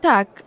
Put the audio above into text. Tak